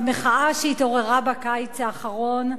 במחאה שהתעוררה בקיץ האחרון,